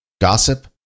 gossip